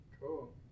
Cool